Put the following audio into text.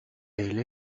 elle